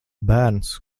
bērns